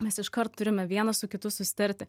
mes iškart turime vienas su kitu susitarti